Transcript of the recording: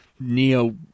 neo